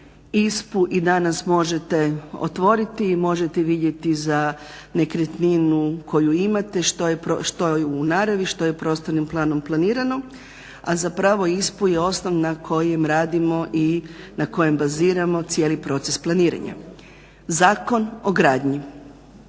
ISPU i danas možete otvoriti i možete vidjeti za nekretninu koju imate što je u naravi, što je prostornim planom planirano, a zapravo ISPU je osnov na kojem radimo i na kojem baziramo cijeli proces planiranja. Zakon o gradnji.